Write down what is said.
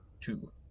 two